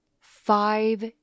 Five